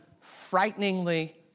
frighteningly